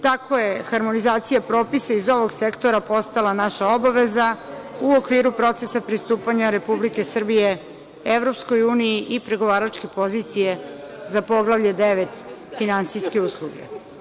Tako je harmonizacija propisa iz ovog sektora postala naša obaveza u okviru procesa pristupanja Republike Srbije EU i pregovaračke pozicije za Poglavlje 9 – Finansijske usluge.